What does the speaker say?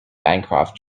bancroft